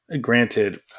granted